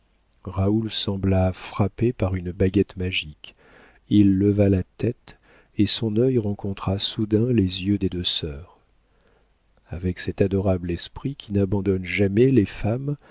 raoul sembla frappé par une baguette magique il leva la tête et son œil rencontra soudain les yeux des deux sœurs avec cet adorable esprit qui n'abandonne jamais les femmes